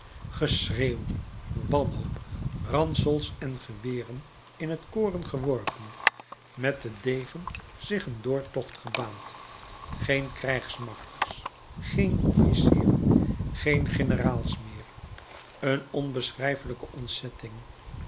geschreeuw wanhoop ransels en geweren in t koren geworpen met den degen zich een doortocht gebaand geen krijgsmakkers geen officieren geen generaals meer een onbeschrijfelijke ontzetting